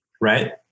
right